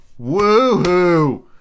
woohoo